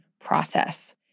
process